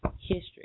history